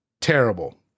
terrible